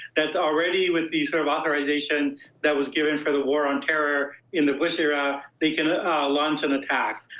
that already with the, sort of, authorization that was given for the war on terror in the bush era, they can launch an attack.